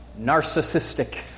narcissistic